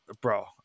bro